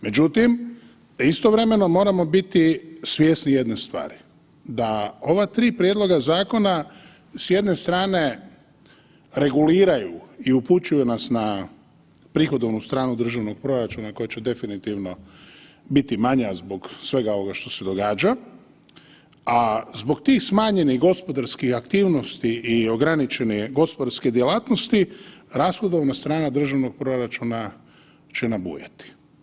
Međutim, istovremeno moramo biti svjesni jedne stvari da ova tri prijedloga zakona s jedne strane reguliraju i upućuju nas na prihodovnu stranu državnog proračuna koja definitivno biti manja zbog svega ovog što se događa, a zbog tih smanjenih gospodarskih aktivnosti i ograničene gospodarske djelatnosti rashodovna strana državnog proračuna će nabujati.